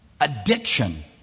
addiction